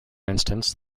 instance